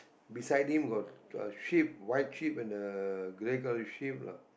beside him got a sheep white sheep and the grey colour sheep lah